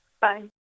Bye